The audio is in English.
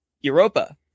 europa